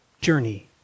journey